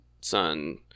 son